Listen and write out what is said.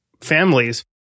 families